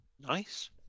Nice